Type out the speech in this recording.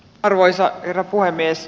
arvoisa herra puhemies